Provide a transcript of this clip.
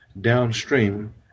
downstream